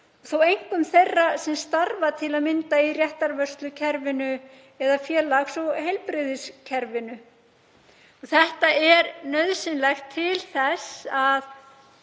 þó einkum þeirra sem starfa til að mynda í réttarvörslukerfinu eða í félags- og heilbrigðiskerfinu. Þetta er nauðsynlegt til þess að